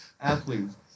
athletes